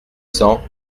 cents